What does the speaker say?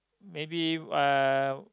maybe uh